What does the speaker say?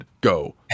go